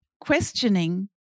questioning